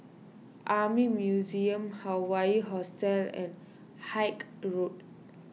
Army Museum Hawaii Hostel and Haig Road